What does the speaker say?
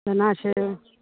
लेना छै